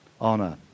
honor